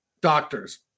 doctors